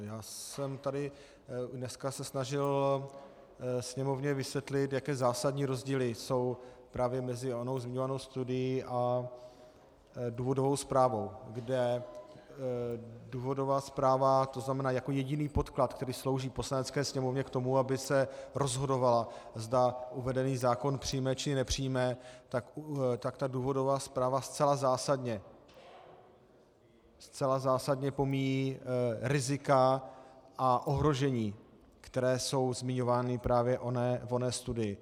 Já jsem se tady dneska snažil sněmovně vysvětlit, jaké zásadní rozdíly jsou právě mezi onou zmiňovanou studií a důvodovou zprávou, kde důvodová zpráva, tzn. jako jediný podklad, který slouží Poslanecké sněmovně k tomu, aby se rozhodovala, zda uvedený zákon přijme, či nepřijme, tak ta důvodová zpráva zcela zásadně, zcela zásadně pomíjí rizika a ohrožení, která jsou zmiňována právě v oné studii.